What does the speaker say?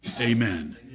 amen